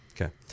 Okay